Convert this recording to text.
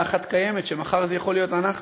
אחת קיימת: שמחר אלה יכולים להיות אנחנו.